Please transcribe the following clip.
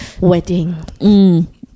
wedding